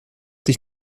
dich